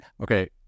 okay